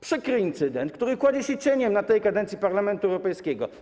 Przykry incydent, który kładzie się cieniem na tej kadencji Parlamentu Europejskiego.